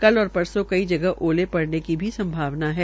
कल और परसो कई जगह ओले पड़ने की भी संभावना है